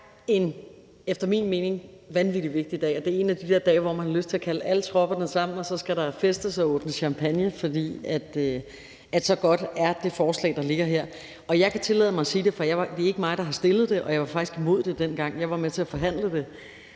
dag er en efter min mening vanvittig vigtig dag. Det er en af de der dage, hvor man har lyst til at kalde alle tropperne sammen, og så skal der festes og åbnes champagne, for så godt er det forslag, der ligger her. Og jeg kan tillade mig at sige det, for det er ikke mig, der har fremsat det, og jeg var faktisk imod det dengang. Jeg var med til at forhandle det